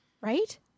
right